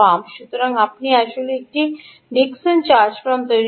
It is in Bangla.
সুতরাং আসলে আপনি একটি ডিকসন চার্জ পাম্প তৈরি করেছেন